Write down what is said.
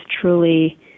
truly